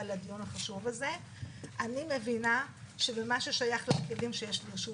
לדיון החשוב הזה אני מבינה שבמה ששייך לכלים שיש ברשות